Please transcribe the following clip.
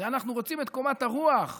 ואנחנו רוצים את קומת הרוח,